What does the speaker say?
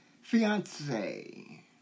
fiance